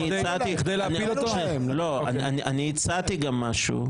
אני הצעתי משהו.